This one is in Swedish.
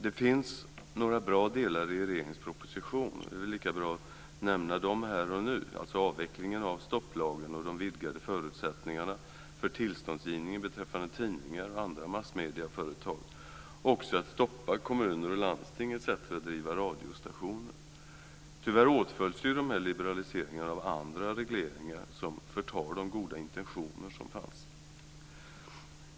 Det finns några bra delar i regeringens proposition. Det är lika bra att nämna dem här och nu, alltså avvecklingen av stopplagen och de vidgade förutsättningarna för tillståndsgivning beträffande tidningar och andra massmedieföretag, men också att stoppa kommuner och landsting etc. att driva radiostationer. Tyvärr åtföljs dessa liberaliseringar av andra regleringar som förtar de goda intentioner som fanns.